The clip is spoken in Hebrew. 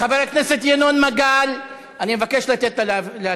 חבר הכנסת ינון מגל, אני מבקש לתת לה להתחיל.